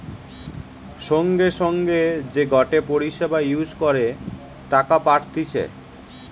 সঙ্গে সঙ্গে যে গটে পরিষেবা ইউজ করে টাকা পাঠতিছে